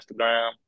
Instagram